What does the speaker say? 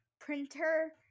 printer